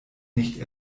nicht